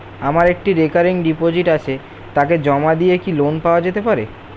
আমার একটি recurring deposit আছে তাকে জমা দিয়ে কি লোন পাওয়া যেতে পারে?